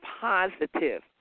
positive